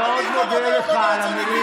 נמאס לראות אותך.